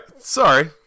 Sorry